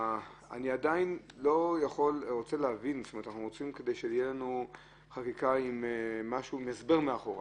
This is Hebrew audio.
אנחנו רוצים חקיקה עם הסבר מאחוריה,